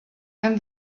and